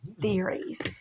theories